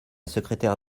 secrétaire